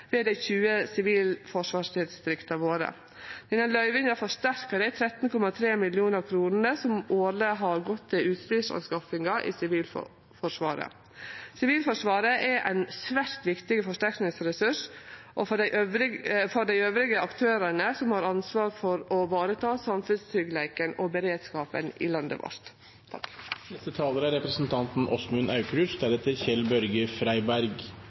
ved dei 20 sivilforsvarsdistrikta våre. Denne løyvinga forsterkar dei 13,3 mill. kr som årleg har gått til utstyrsanskaffingar i Sivilforsvaret. Sivilforsvaret er ein svært viktig forsterkningsressurs for dei andre aktørane som har ansvar for å vareta samfunnstryggleiken og beredskapen i landet vårt. Neste år er